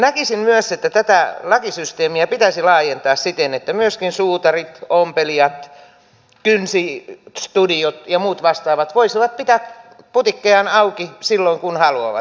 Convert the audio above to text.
näkisin myös että tätä lakisysteemiä pitäisi laajentaa siten että myöskin suutarit ompelijat kynsistudiot ja muut vastaavat voisivat pitää putiikkejaan auki silloin kun haluavat